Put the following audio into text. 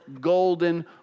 golden